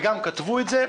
וגם כתבו את זה,